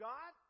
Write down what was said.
God